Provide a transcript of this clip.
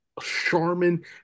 Charmin